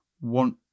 want